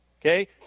Okay